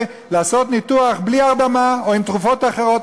לעשות ניתוח בלי הרדמה או עם תרופות אחרות,